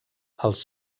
els